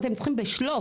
אתם צריכים בשלוף,